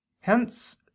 Hence